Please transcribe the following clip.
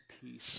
Peace